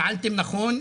פעלתם נכון.